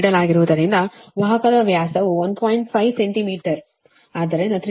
5 centimetre ಆದ್ದರಿಂದ ತ್ರಿಜ್ಯವು 0